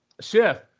Schiff